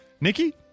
Nikki